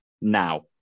Now